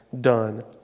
done